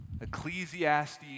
Ecclesiastes